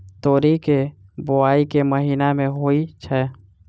तोरी केँ बोवाई केँ महीना मे होइ छैय?